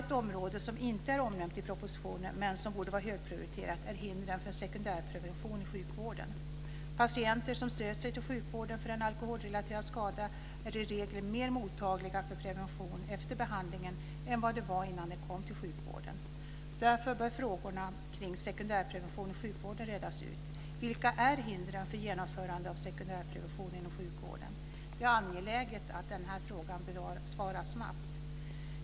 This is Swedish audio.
Ett område som inte är omnämnt i propositionen men som borde vara högprioriterat är hindren för sekundärprevention i sjukvården. Patienter som sökt sig till sjukvården för en alkoholrelaterad skada är i regel mer mottagliga för prevention efter behandlingen än innan de kom till sjukvården. Därför bör frågorna kring sekundärprevention i sjukvården redas ut. Vilka är hindren för genomförande av sekundärprevention inom sjukvården? Det är angeläget att den frågan besvaras snabbt.